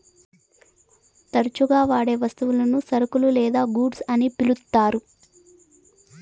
తరచుగా వాడే వస్తువులను సరుకులు లేదా గూడ్స్ అని పిలుత్తారు